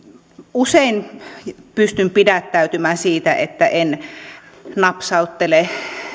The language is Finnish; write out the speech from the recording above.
usein pystyn pidättäytymään siitä että napsauttelisin